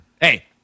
Hey